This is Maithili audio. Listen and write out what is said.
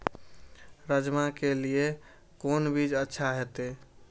राजमा के लिए कोन बीज अच्छा होते?